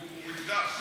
לגמרי.